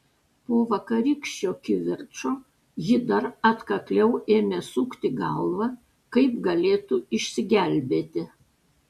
po vakarykščio kivirčo ji dar atkakliau ėmė sukti galvą kaip galėtų išsigelbėti